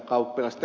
kauppila